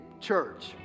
church